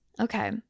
okay